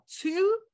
two